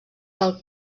del